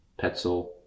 Petzl